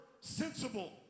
sensible